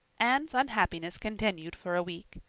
anne's unhappiness continued for a week.